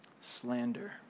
Slander